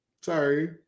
Sorry